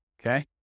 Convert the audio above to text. Okay